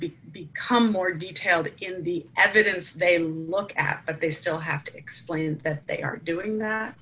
become more detailed in the evidence they look at but they still have to explain that they are doing that